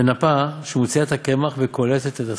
ונפה, שמוציאה את הקמח וקולטת את הסולת.